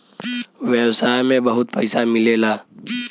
व्यवसाय में बहुत पइसा मिलेला